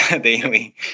daily